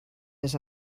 his